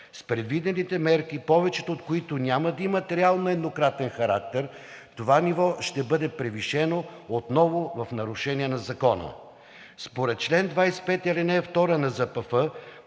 С предвидените мерки, повечето от които няма да имат реално еднократен характер, това ниво ще бъде превишено отново в нарушение на закона. Според чл. 25, ал. 2 на